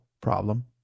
problem